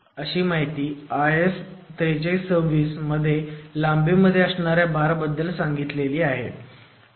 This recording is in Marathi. असं IS 4326 मध्ये लांबीमध्ये असणाऱ्या बार बद्दल सांगितलं आहे